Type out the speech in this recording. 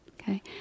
Okay